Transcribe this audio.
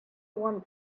want